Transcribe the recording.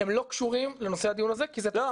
לא קשורים לנושא הדיון הזה כי זה --- לא.